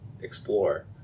explore